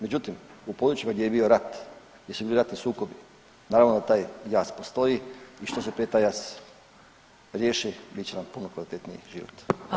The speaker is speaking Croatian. Međutim, u područjima gdje je bio rat, gdje su bili ratni sukobi, naravno da taj jaz postoji i što se prije taj jaz riješi bit će nam puno kvalitetniji život.